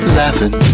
laughing